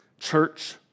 Church